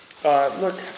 Look